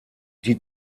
die